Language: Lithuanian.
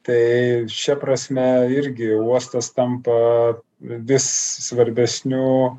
tai šia prasme irgi uostas tampa vis svarbesniu